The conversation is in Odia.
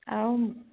ଆଉ